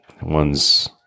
one's